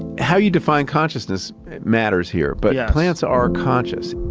how you define consciousness matters here, but yeah plants are conscious.